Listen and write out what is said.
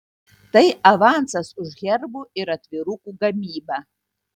tai avansas už herbo ir atvirukų gamybą